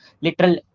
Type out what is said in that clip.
literal